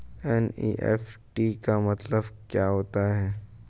NEFT का मतलब क्या होता है?